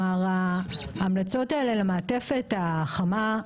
ההמלצות האלה למעטפת החמה,